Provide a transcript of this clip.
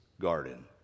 garden